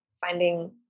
finding